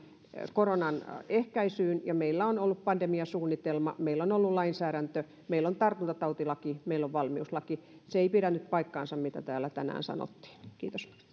koronan ehkäisyyn meillä on ollut pandemiasuunnitelma meillä on ollut lainsäädäntö meillä on tartuntatautilaki meillä on valmiuslaki se ei pidä nyt paikkaansa mitä täällä tänään sanottiin kiitos